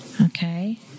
okay